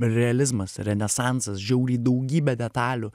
realizmas renesansas žiauriai daugybė detalių